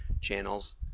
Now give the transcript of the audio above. channels